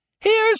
Here's